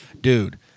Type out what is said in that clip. dude